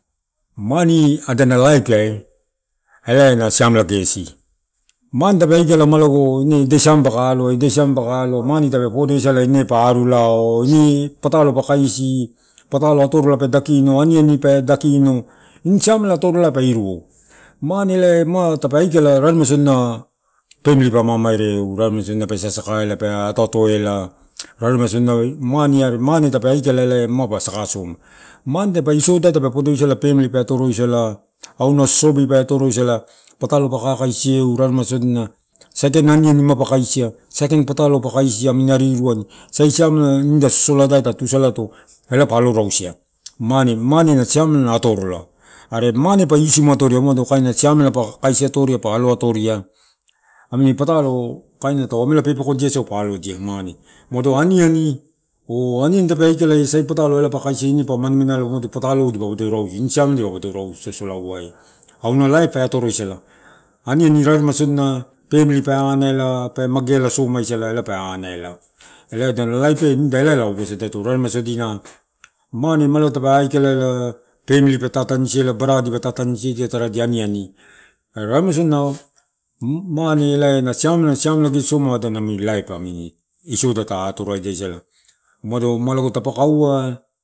Mani agana laip ai ela simela gosi, mane tapeaikala a logo ine ida siamela paka aloa, mane tape. Podoi sala ma pata lo pa alo, mane tape tuisala ma ini patalo pa kaisi, patalo atorola pe dakino aniani pe dakino, inu siamela atoroai pe iruo mane ma tape aikala raremasodiana ma pamili pa mamaireu, raremu sodina pe sasa ela pe otouto ela raremai sodina, ma mane tapa aikala ela ma pa saka soma, mane isiodai tape podoisala pamili pe atoroisala ana sosobi pe atoroisala, patalo pa kakaisi eu. Saikain aniani mapa kaisi, saikain patolo mapa kaisia, ariruani, saisiamela sosola lai tatusalato elae pa alo, rausia, mane na siameta atorola are mane pa lusimu atororadia, siamela pa kaisi atoria pa alo atoria amini patalo kaina tau amela pepekodia sau pa allodia mane. Lago aniani aniani o, aniani tape aikala o sai simala pa kaisi ine pa mala mala eu ela ini siamelau pe rausu sosolauai, ana laip pe atoroisala aniani rarema sodina pamili pa ana ela pe magealasomaisala elae pe anaela. Elae nida ada rait nida ela uasadato rarema sodina, mane ma ela tape aikalaela pamili pe tatanisi ela, barala dipa tatanisi edia taradia aniani oso mane na siamela gesi ada na laipnamini, ta atoradia sada, umado, umadoko tapakaua.